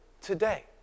today